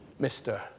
Mr